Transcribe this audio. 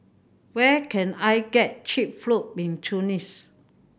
where can I get cheap fruit in Tunis